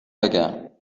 بگم